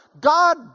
God